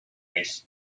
with